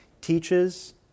teaches